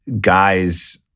guys